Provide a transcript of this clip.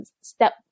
step